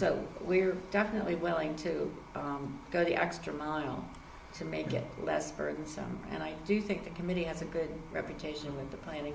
so we're definitely willing to go the extra mile to make it less burdensome and i do think the committee has a good reputation with the planning